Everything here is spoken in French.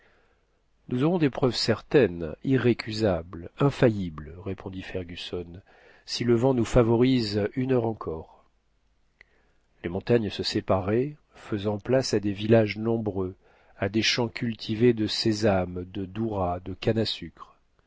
nous aurons des preuves certaines irrécusables infaillibles répondit fergusson si le vent nous favorise une heure encore les montagnes se séparaient faisant place à des villages nombreux à des champs cultivés de sésame de dourrah de cannes à sucre